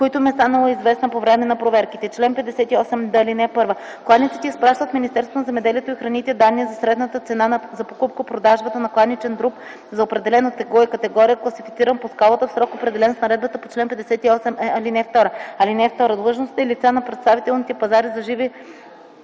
която им е станала известна по време на проверките. Чл. 58д. (1) Кланиците изпращат в Министерството на земеделието и храните данни за средната цена за покупко-продажбата на кланичен труп за определено тегло и категория, класифициран по скалата, в срок, определен с наредбата по чл. 58е, ал. 2. (2) Длъжностни лица на представителните пазари за живи